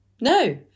no